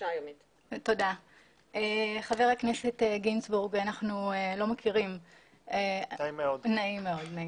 חבר הכנסת גינזבורג, אנחנו לא מכירים, נעים מאוד.